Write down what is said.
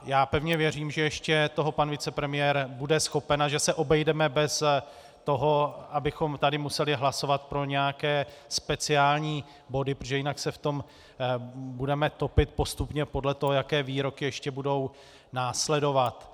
Já pevně věřím, že toho ještě pan vicepremiér bude schopen a že se obejdeme bez toho, abychom tady museli hlasovat pro nějaké speciální body, protože jinak se v tom budeme topit postupně podle toho, jaké výroky ještě budou následovat.